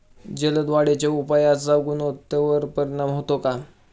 जलद वाढीच्या उपायाचा गुणवत्तेवर परिणाम होतो का?